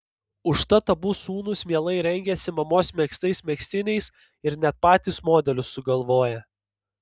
užtat abu sūnūs mielai rengiasi mamos megztais megztiniais ir net patys modelius sugalvoja